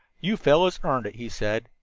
you fellows earned it, he said.